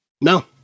No